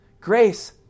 grace